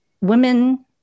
Women